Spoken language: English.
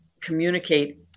communicate